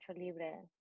Libre